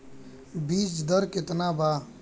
बीज दर केतना बा?